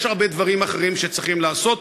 יש הרבה דברים אחרים שצריכים לעשות,